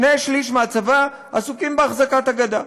שני שלישים מהצבא עסוקים באחזקת הגדה,